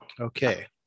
Okay